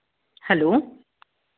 hello